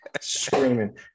screaming